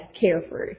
carefree